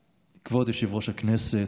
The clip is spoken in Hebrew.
כבוד יושב-ראש הכנסת,